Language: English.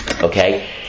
Okay